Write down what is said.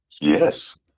Yes